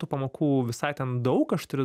tų pamokų visai ten daug aš turiu